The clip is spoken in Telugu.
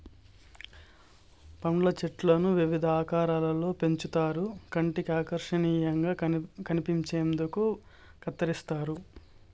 పండ్ల చెట్లను వివిధ ఆకారాలలో పెంచుతారు కంటికి ఆకర్శనీయంగా కనిపించేందుకు కత్తిరిస్తారు